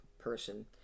person